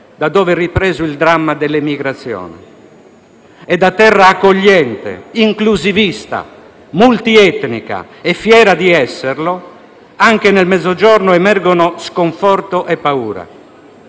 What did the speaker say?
dove è ripreso il dramma dell'emigrazione e da terra accogliente, inclusivista, multietnica e fiera di esserlo, anche nel Mezzogiorno emergono sconforto e paura.